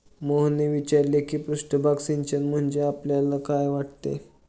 मोहनने विचारले की पृष्ठभाग सिंचन म्हणजे आपल्याला काय वाटते?